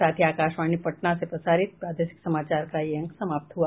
इसके साथ ही आकाशवाणी पटना से प्रसारित प्रादेशिक समाचार का ये अंक समाप्त हुआ